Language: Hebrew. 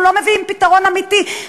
אנחנו לא מביאים פתרון אמיתי,